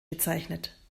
bezeichnet